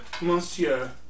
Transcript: Monsieur